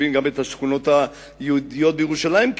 מחשיבים גם את השכונות היהודיות בירושלים,